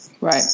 Right